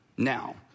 Now